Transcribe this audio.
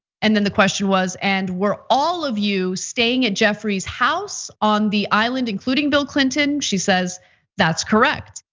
and then the question was and we're all of you staying at jeffrey's house on the island including bill clinton. she says that's correct.